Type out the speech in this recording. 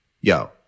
Yo